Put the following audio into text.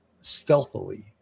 stealthily